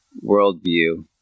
worldview